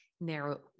narrow